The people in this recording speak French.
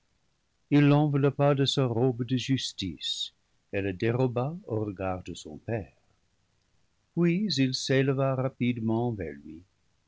il l'enveloppa de sa robe de justice et la déroba aux regards de son père puis il s'éleva rapidement vers lui